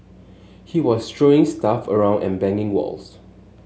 he was throwing stuff around and banging walls